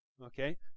Okay